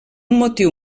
motiu